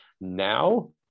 Now